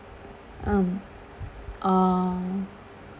um uh